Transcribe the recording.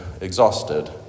exhausted